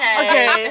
okay